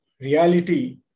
reality